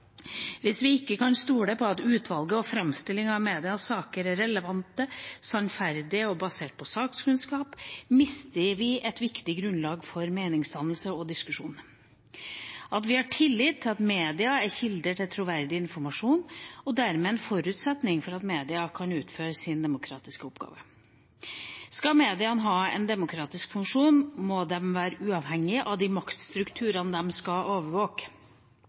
Hvis vi ikke kan stole på at utvalget og framstillingen av medias saker er relevante, sannferdige og basert på sakkunnskap, mister vi et viktig grunnlag for meningsdannelse og diskusjon. At vi har tillit til at media er kilder til troverdig informasjon, er dermed en forutsetning for at media kan utføre sin demokratiske oppgave. Skal mediene ha en demokratisk funksjon, må de være uavhengige av de maktstrukturene de skal overvåke.